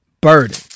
Burden